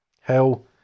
Hell